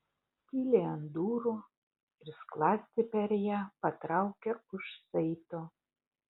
tyliai ant durų ir skląstį per ją patraukė už saito